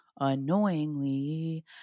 annoyingly